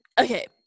Okay